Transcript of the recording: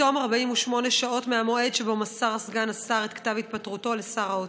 בתום 48 שעות מהמועד שבו מסר סגן השר את כתב התפטרותו לשר האוצר.